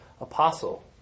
apostle